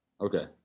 Okay